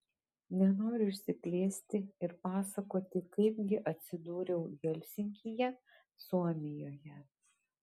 nenoriu išsiplėsti ir pasakoti kaip gi atsidūriau helsinkyje suomijoje